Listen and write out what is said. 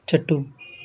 చెట్టు